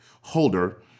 Holder